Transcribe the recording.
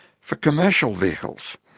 for commercial vehicles,